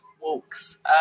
walks